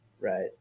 Right